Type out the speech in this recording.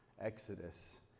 exodus